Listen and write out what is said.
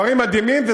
דברים מדהימים.